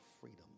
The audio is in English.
freedom